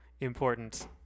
important